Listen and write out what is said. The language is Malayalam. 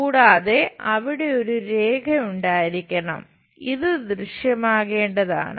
കൂടാതെ അവിടെ ഒരു രേഖ ഉണ്ടായിരിക്കണം ഇത് ദൃശ്യമാകേണ്ടതാണ്